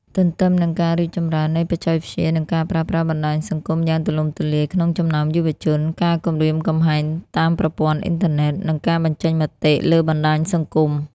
ទន្ទឹមនឹងការរីកចម្រើននៃបច្ចេកវិទ្យា និងការប្រើប្រាស់បណ្តាញសង្គមយ៉ាងទូលំទូលាយក្នុងចំណោមយុវជន ការគំរាមកំហែងតាមប្រព័ន្ធអ៊ីនធឺណិត និងការបញ្ចេញមតិលើបណ្តាញសង្គម។